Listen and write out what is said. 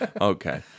Okay